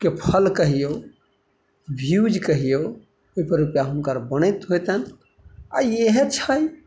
के फल कहियौ व्यूज कहियौ ओइपर हुनका बनैत होयतनि आओर इहे छनि